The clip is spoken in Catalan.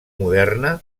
moderna